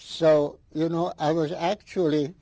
so you know i was actually